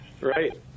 Right